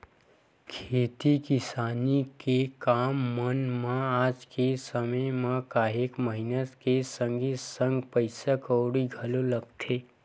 खेती किसानी के काम मन म आज के समे म काहेक मेहनत के संगे संग पइसा कउड़ी घलो लगथे